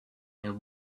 and